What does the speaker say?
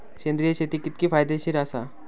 सेंद्रिय शेती कितकी फायदेशीर आसा?